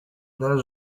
there